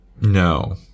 no